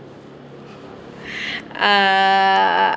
uh